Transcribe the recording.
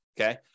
Okay